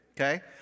okay